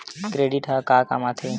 Credit ह का काम आथे?